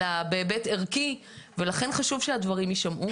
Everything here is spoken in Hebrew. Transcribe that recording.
אלא בהיבט ערכי ולכן חשוב שהדברים יישמעו.